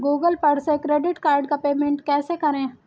Google पर से credit card का पेमेंट कैसे करें?